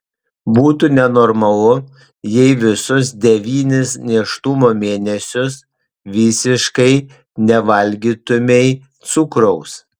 būtų nenormalu jei visus devynis nėštumo mėnesius visiškai nevalgytumei cukraus